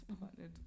partnered